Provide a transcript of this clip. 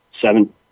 Seven